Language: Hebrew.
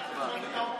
התשפ"א 2021, נתקבלו.